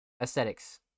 aesthetics